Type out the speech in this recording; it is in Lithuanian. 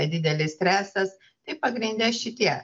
didelis stresas tai pagrinde šitie